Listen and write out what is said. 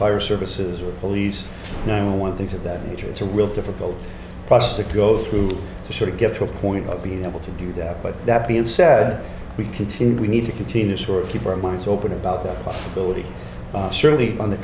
fire services or police now one thinks of that nature it's a real difficult process that go through the sort of get to a point of being able to do that but that being said we continue we need to continue sort of keep our minds open about that possibility surely on the